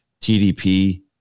TDP